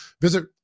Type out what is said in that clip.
Visit